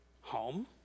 home